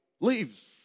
leaves